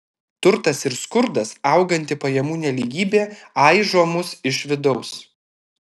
turtas ir skurdas auganti pajamų nelygybė aižo mus iš vidaus